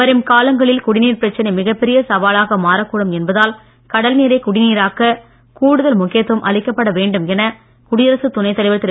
வரும் காலங்களில் குடிநீர் பிரச்சனை மிகப் பெரிய சவாலாக மாறக் கூடும் என்பதால் கடல்நீரை குடிநீராக்க கூடுதல் முக்கியத்துவம் அளிக்கப்பட வேண்டும் என குடியரசுத் துணை தலைவர் திரு